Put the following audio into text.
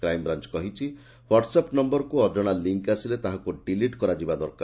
crime branch କହିଛି WhatsApp ନୟରକୁ ଅଜଶା ଲିଙ୍କ୍ ଆସିଲେ ତାହାକୁ ଡିଲିଟ୍ କରାଯିବା ଦରକାର